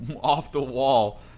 off-the-wall